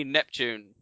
Neptune